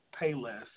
Payless –